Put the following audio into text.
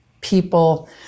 people